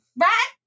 Right